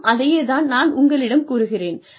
மேலும் அதையே தான் நானும் உங்களிடம் கூறுகிறேன்